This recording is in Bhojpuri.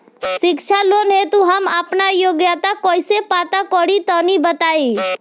शिक्षा लोन हेतु हम आपन योग्यता कइसे पता करि तनि बताई?